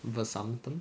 the vasantham